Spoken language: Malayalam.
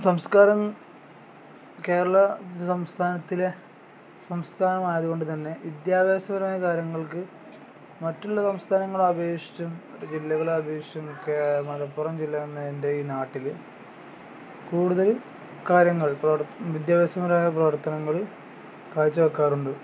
സംസ്കാരം കേരള സംസ്ഥാനത്തിലെ സംസ്ഥാനമായത് കൊണ്ട് തന്നെ വിദ്യാഭ്യാസപരമായ കാര്യങ്ങൾക്ക് മറ്റുള്ള സംസ്ഥാനങ്ങളെ അപേക്ഷിച്ചും ജില്ലകളെ അപേക്ഷിച്ചും ഒക്കെ മലപ്പുറം ജില്ല എന്ന എന്റെ ഈ നാട്ടിൽ കൂടുതൽ കാര്യങ്ങൾ പ്രവർത്തനം വിദ്യാഭ്യാസപരമായ പ്രവർത്തനങ്ങൾ കാഴ്ച വെക്കാറുണ്ട്